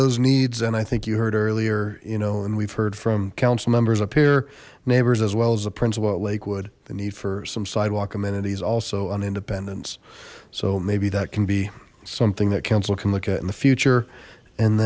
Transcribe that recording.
those needs and i think you heard earlier you know and we've heard from council members up here neighbors as well as the principal at lakewood the need for some sidewalk amenities also on independence so maybe that can be something that council can look at in the future and